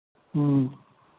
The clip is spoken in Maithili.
ह्म्म